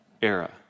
era